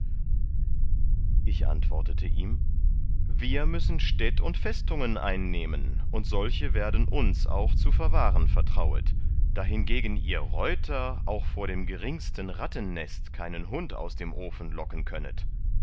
ich antwortete ihm wir müssen städt und festungen einnehmen und solche werden uns auch zu verwahren vertrauet dahingegen ihr reuter auch vor dem geringsten rattennest keinen hund aus dem ofen locken könnet